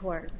court